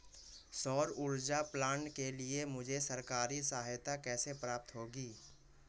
सौर ऊर्जा प्लांट के लिए मुझे सरकारी सहायता कैसे प्राप्त होगी?